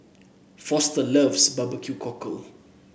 Foster loves B B Q Cockle